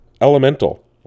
Elemental